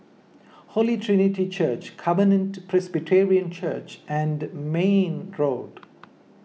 Holy Trinity Church Covenant Presbyterian Church and Mayne Road